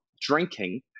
drinking